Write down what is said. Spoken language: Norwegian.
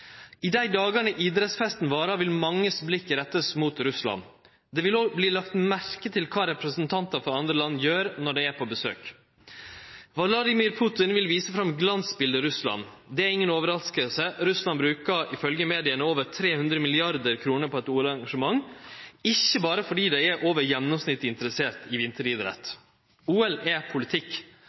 I dei dagane idrettsfesten varer, vil manges blikk rettast mot Russland. Det vil òg verte lagt merke til kva representantar frå andre land gjer når dei er på besøk. Vladimir Putin vil vise fram glansbiletet Russland. Det er inga overrasking. Russland bruker ifølge media over 300 mrd. kr på eit OL-arrangement ikkje berre fordi dei er over gjennomsnittleg interesserte i vinteridrett. OL er politikk.